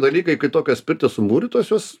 dalykai kai tokios pirtis sumūrytos jos